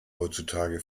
heutzutage